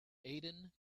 aden